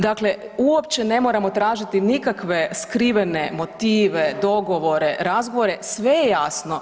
Dakle uopće ne moramo tražiti nikakve skrivene motive, dogovore, razgovore, sve je jasno.